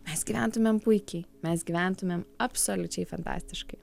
mes gyventumėm puikiai mes gyventumėm absoliučiai fantastiškai